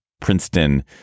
Princeton